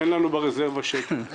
אין לנו ברזרבה ולו שקל.